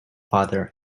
father